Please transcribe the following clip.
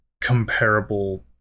comparable